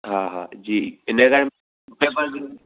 हा हा जी इन टाइम सूटेबल